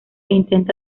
intenta